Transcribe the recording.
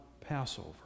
Passover